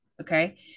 Okay